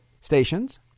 stations